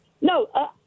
No